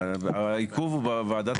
העיכוב הוא בוועדת